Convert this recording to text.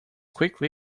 quickly